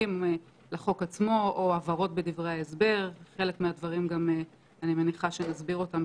זאת ההצעה של החוק כפי שהממשלה הגישה אותה,